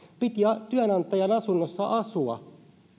piti työnantajan asunnossa asua